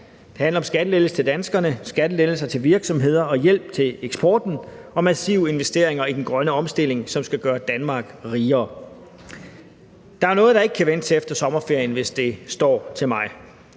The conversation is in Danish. Det handler om skattelettelser til danskerne, skattelettelser til virksomheder, hjælp til eksporten og massive investeringer i den grønne omstilling, som skal gøre Danmark rigere. Der er noget, der ikke kan vente til efter sommerferien, hvis det står til mig.